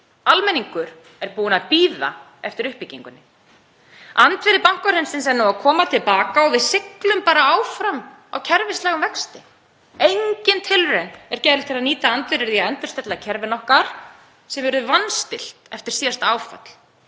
Almenningur er búinn að bíða eftir uppbyggingunni. Andvirði bankahrunsins er nú að koma til baka og við siglum bara áfram á kerfislægum vexti. Engin tilraun er gerð til að nýta andvirðið í að endurstilla kerfin okkar sem eru vanstillt eftir síðasta áfall.